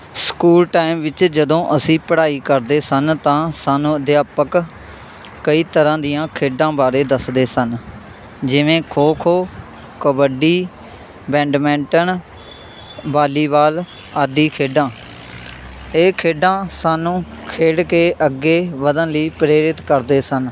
school time ਵਿੱਚ ਜਦੋਂ ਅਸੀਂ ਪੜ੍ਹਾਈ ਕਰਦੇ ਸਨ ਤਾਂ ਸਾਨੂੰ ਅਧਿਆਪਕ ਕਈ ਤਰ੍ਹਾਂ ਦੀਆਂ ਖੇਡਾਂ ਬਾਰੇ ਦੱਸਦੇ ਸਨ ਜਿਵੇਂ ਖੋ ਖੋ ਕਬੱਡੀ ਬੈਂਡਮੈਟਨ ਵਾਲੀਵਾਲ ਆਦਿ ਖੇਡਾਂ ਇਹ ਖੇਡਾਂ ਸਾਨੂੰ ਖੇਡ ਕੇ ਅੱਗੇ ਵਧਣ ਲਈ ਪ੍ਰੇਰਿਤ ਕਰਦੇ ਸਨ